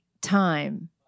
time